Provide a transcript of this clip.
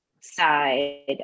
side